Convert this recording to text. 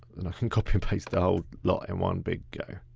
and i can copy and paste the all lot in one big go.